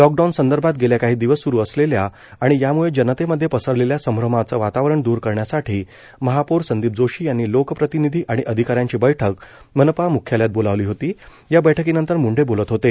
लॉकडाऊनसंदर्भात गेल्या काही दिवस स्रू असलेल्या आणि याम्ळं जनतेमध्ये पसरलेलं संभ्रमाचं वातावरण दूर करण्यासाठी महापौर संदीप जोशी यांनी लोकप्रतिनिधी आणि अधिकाऱ्यांची बैठक मनपा म्ख्यालयात बोलवली होती या बैठकीनंतर म्ंढे बोलत होते